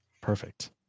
Perfect